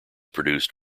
produced